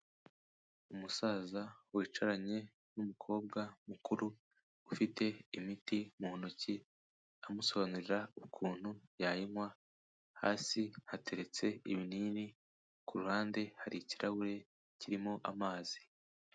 Umusaza wicaranye n'umukobwa mukuru ufite imiti mu ntoki amusobanurira ukuntu yayinywa hasi hateretse ibinini ku uruhande hari ikirahure kirimo amazi.